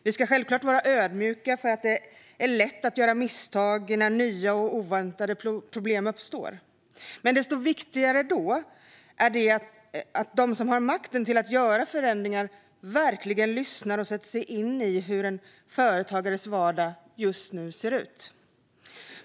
Vi ska självklart vara ödmjuka för att det är lätt att göra misstag när nya och oväntade problem uppstår, men desto viktigare är att de som har makten att göra förändringar verkligen lyssnar och sätter sig in i hur en företagares vardag ser ut just nu.